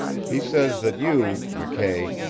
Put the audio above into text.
he says that you, mckay,